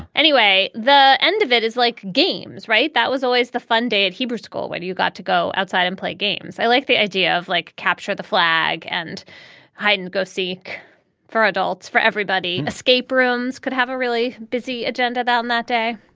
anyway, the end of it is like games, right? that was always the fun day at hebrew school. what do you got to go outside and play games? i like the idea of like capture the flag and hide and go seek for adults, for everybody. escape rooms could have a really busy agenda down that day